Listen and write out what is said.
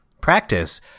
practice